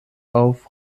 auf